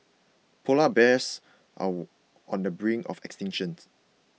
Polar Bears are on the brink of extinctions